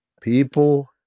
People